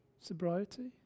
sobriety